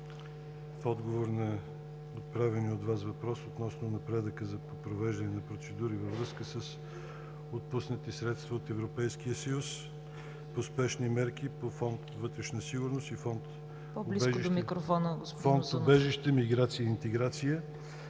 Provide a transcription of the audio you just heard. в отговор на отправения от Вас въпрос относно напредъка по провеждане на процедури във връзка с отпуснати средства от Европейския съюз по спешни мерки по фонд „Вътрешна сигурност“ и фонд „Убежище, миграция и интеграция“